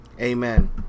amen